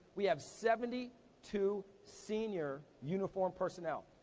we have seventy two senior uniformed personnel.